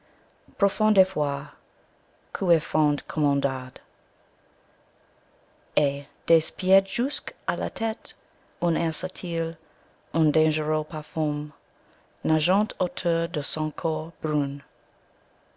et des pieds jusques à la tête un air subtil un dangereux parfum nagent autour de son corps